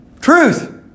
Truth